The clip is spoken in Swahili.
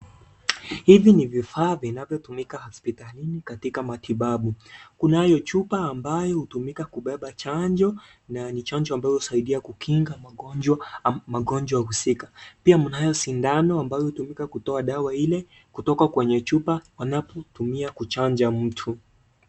Hivi ni vifaa vinavyotumika hospitalininkatika matibabu, kunayo chupa ambayo hutumika kubeba chanjo na ni chanjo ambayo husaidia kukinga magonjwa husika pia mnayo sindano ambayo hutumika kutoa dawa ile kutoka kwenye chupa panapotumia kuchanja mtu.